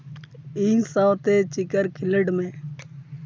ᱤᱧ ᱥᱟᱶᱛᱮ ᱪᱤᱠᱟᱨ ᱠᱷᱮᱞᱚᱸᱰ ᱢᱮ